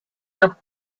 los